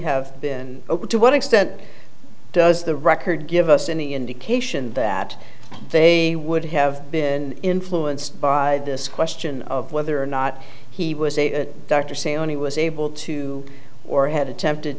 have been open to what extent does the record give us any indication that they would have been influenced by this question of whether or not he was a doctor say on he was able to or had attempted